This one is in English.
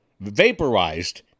vaporized